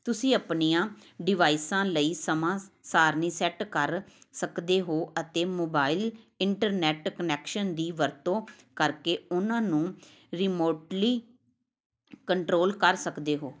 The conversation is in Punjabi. ਤੁਸੀਂ ਆਪਣੀਆਂ ਡਿਵਾਈਸਾਂ ਲਈ ਸਮਾਂ ਸਾਰਣੀ ਸੈੱਟ ਕਰ ਸਕਦੇ ਹੋ ਅਤੇ ਮੋਬਾਈਲ ਇੰਟਰਨੈਟ ਕਨੈਕਸ਼ਨ ਦੀ ਵਰਤੋਂ ਕਰਕੇ ਉਹਨਾਂ ਨੂੰ ਰਿਮੋਟਲੀ ਕੰਟਰੋਲ ਕਰ ਸਕਦੇ ਹੋ